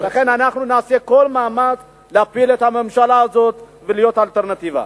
לכן נעשה כל מאמץ להפיל את הממשלה הזאת ולהיות אלטרנטיבה.